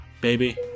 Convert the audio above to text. Baby